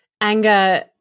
anger